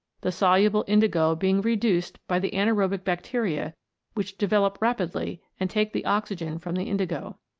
the soluble indigo being reduced by the anaerobic bacteria which develop rapidly and take the oxygen from the indigo.